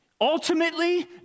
ultimately